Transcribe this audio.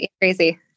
Crazy